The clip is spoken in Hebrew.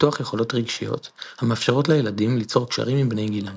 ופיתוח יכולות רגשיות המאפשרות לילדים ליצור קשרים עם בני גילם